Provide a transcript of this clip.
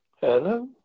hello